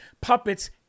puppets